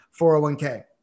401k